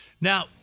Now